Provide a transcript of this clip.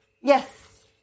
Yes